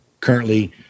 currently